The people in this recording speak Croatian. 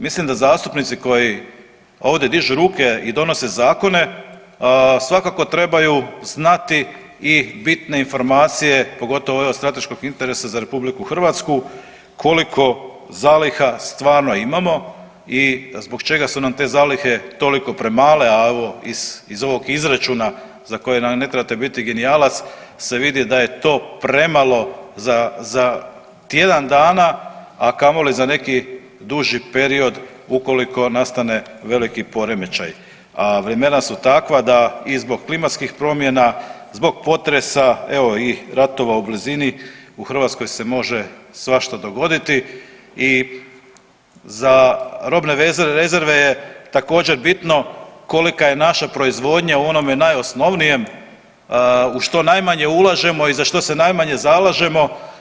Mislim da zastupnici koji ovdje dižu ruke i donose zakone svakako trebaju znati i bitne informacije, pogotovo ove od strateškog interesa za RH koliko zaliha stvarno imamo i zbog čega su nam te zalihe toliko premale, a evo iz ovog izračuna za koji ne trebate biti genijalac se vidi da je to premalo za, za tjedan dana, a kamoli za neki duži period ukoliko nastane veliki poremećaj, a vremena su takva da i zbog klimatskih promjena, zbog potresa, evo i ratova u blizini u Hrvatskoj se može svašta dogoditi i za robne rezerve je također bitno kolika je naša proizvodnja u onome najosnovnijem, u što najmanje ulažemo i za što se najmanje zalažemo.